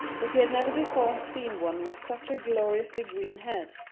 but he had never before seen one with such a gloriously green head,